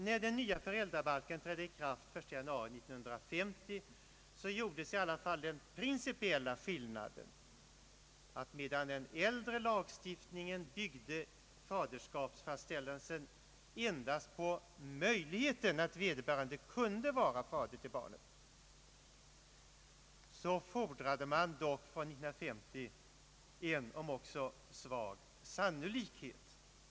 När den nya föräldrabalken trädde i kraft den 1 januari 1950 gjordes emellertid den «principiella skillnaden att medan den äldre lagstiftningen byggde faderskapsfastställelsen endast på möjligheten att vederbörande kunde vara fader till barnet, så fordrade man från 1950 en — om också svag — sannolikhet.